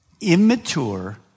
immature